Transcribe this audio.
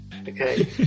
Okay